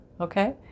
okay